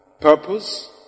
Purpose